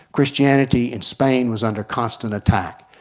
christianity in spain was under constant attack,